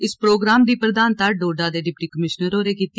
इस प्रोग्राम दी प्रघानता डोडा दे डिप्टी कमीश्नर होरें कीती